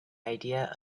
idea